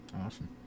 Awesome